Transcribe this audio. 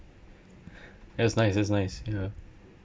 that's nice that's nice ya